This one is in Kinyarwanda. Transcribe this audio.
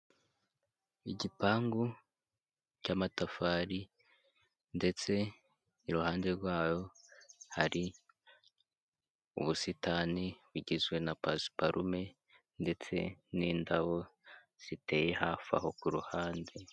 Igipangu cy'amatafari ndetse iruhande rwayo hari ubusitani bugizwe na pasiparume ndetse n'indabo ziteye hafi aho ku ruhande.